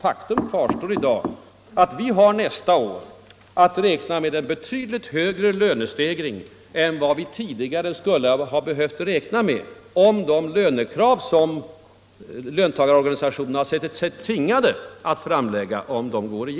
Faktum kvarstår att vi nästa år, om de krav som löntagarna sett sig tvingade att framlägga går igenom, har att räkna med en betydligt högre lönestegring än vad vi skulle ha behövt ha.